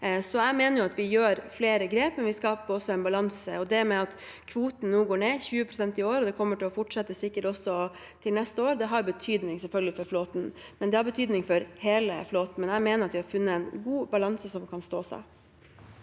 Jeg mener at vi gjør flere grep, men vi skaper også en balanse. Det at kvoten går ned med 20 pst. i år – og det kommer sikkert til å fortsette neste år – har selvfølgelig betydning for flåten, men det har betydning for hele flåten. Jeg mener likevel at vi har funnet en god balanse, som kan stå seg.